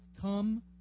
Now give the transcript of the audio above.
Come